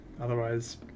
Otherwise